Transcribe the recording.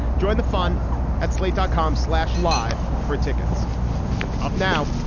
join the fun at slate dot com slash live. for tickets um now.